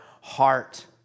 heart